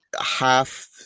half